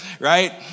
right